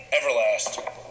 Everlast